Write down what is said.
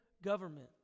Government